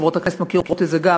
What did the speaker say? חברות הכנסת מכירות את זה גם